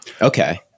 okay